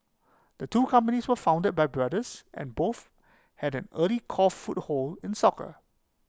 the two companies were founded by brothers and both had an early core foothold in soccer